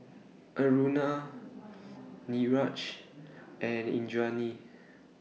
Aruna Niraj and Indranee